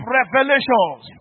revelations